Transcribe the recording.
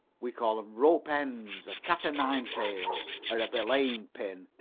we call em ropes ends, or cat-o'-nine-tails, or a belaying-pin.